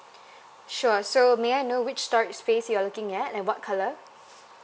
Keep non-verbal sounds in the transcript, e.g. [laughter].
[breath] sure so may I know which storage space you're looking at and what colour